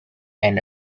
and